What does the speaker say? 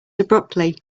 abruptly